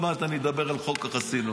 עוד מעט אדבר על חוק החסינות,